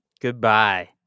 goodbye